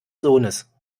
sohnes